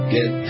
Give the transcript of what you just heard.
Get